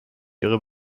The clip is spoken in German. ihre